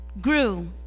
grew